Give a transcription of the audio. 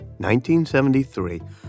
1973